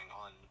on